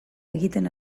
egiten